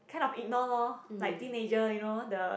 kind of ignore lor like teenager you know the